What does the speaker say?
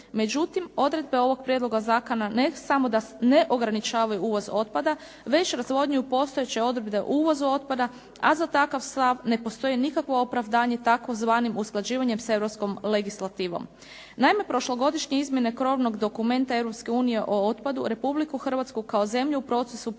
Međutim, odredbe ovog prijedloga zakona ne samo da ne ograničavaju uvoz otpada, već razvodnjuju postojeće odredbe o uvozu otpada, a za takav stav ne postoji opravdanje tzv. usklađivanjem sa europskom legislativom. Naime, prošlogodišnje izmjene krovnog dokumenta Europske unije o otpadu, Republiku Hrvatsku kao zemlju u procesu pridruživanja